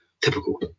typical